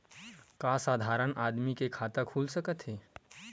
का साधारण आदमी के खाता खुल सकत हे?